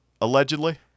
allegedly